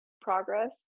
progress